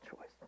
choice